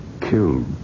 killed